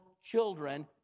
children